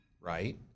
right